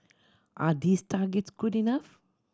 are these targets good enough